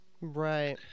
right